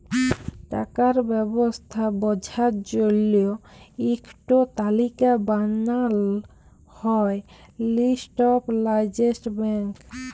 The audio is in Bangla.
টাকার ব্যবস্থা বঝার জল্য ইক টো তালিকা বানাল হ্যয় লিস্ট অফ লার্জেস্ট ব্যাঙ্ক